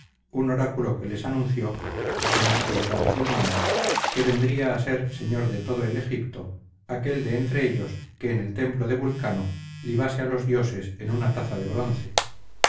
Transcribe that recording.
un oráculo que les anunció apenas apoderados del mando que vendría a ser señor de todo el egipto aquel de entre ellos que en el templo de vulcano libase a los dioses en una taza de bronce